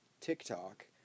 TikTok